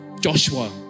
Joshua